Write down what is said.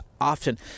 often